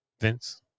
Vince